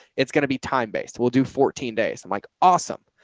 it's going to be time-based we'll do fourteen days. i'm like, awesome.